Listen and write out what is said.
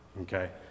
okay